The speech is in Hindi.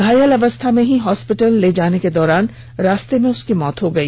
घायल अवस्था मे ही हॉस्पिटल ले जाने के दौरान रास्ते मे ही इसकी मौत हो गई